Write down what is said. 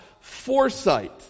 foresight